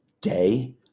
day